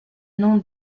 nom